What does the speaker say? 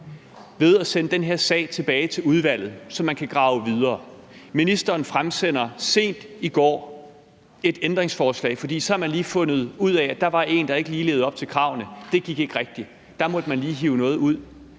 ved at sende den her sag tilbage til udvalget, så man kan grave videre. Ministeren fremsender sent i går et ændringsforslag, for så havde man lige fundet ud af, at der var en, der ikke lige levede op til kravene. Det gik ikke rigtigt, så der måtte man lige hive noget ud.